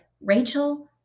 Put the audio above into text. Rachel